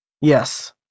Yes